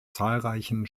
zahlreichen